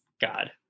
God